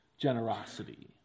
generosity